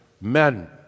men